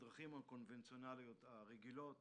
הדרכים הקונבנציונליות הרגילות